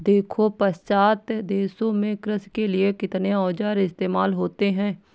देखो पाश्चात्य देशों में कृषि के लिए कितने औजार इस्तेमाल होते हैं